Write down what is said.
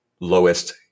lowest